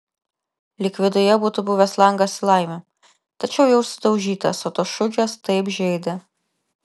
lyg viduje būtų buvęs langas į laimę tačiau jau sudaužytas o tos šukės taip žeidė